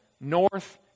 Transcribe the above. north